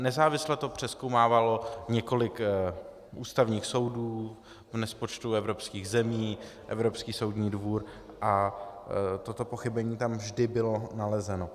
Nezávisle to přezkoumávalo několik ústavních soudů v nespočtu evropských zemí, Evropský soudní dvůr a toto pochybení tam vždy bylo nalezeno.